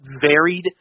varied